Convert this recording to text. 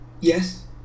Yes